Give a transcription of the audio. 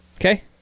Okay